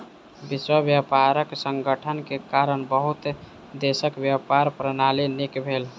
विश्व व्यापार संगठन के कारण बहुत देशक व्यापार प्रणाली नीक भेल